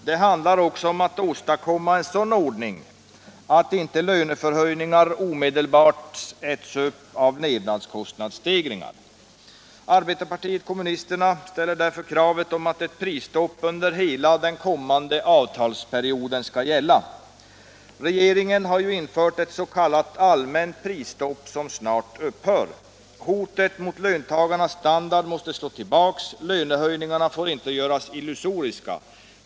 Det handlar också om att åstadkomma en sådan ordning att inte löneförhöjningar omedelbart äts upp av levnadskostnadsstegringar. Arbetarpartiet kommunisterna ställer därför kravet om att ett prisstopp skall gälla under hela den kommande avtalsperioden. Regeringen har infört ett s.k. allmänt prisstopp som snart upphör. Hotet mot löntagarnas standard måste slås tillbaka. Löneförhöjningarna får inte göras illusoriska.